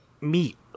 meat